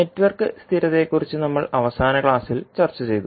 network സ്ഥിരതയെക്കുറിച്ച് നമ്മൾ അവസാന ക്ലാസിൽ ചർച്ച ചെയ്തു